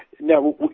now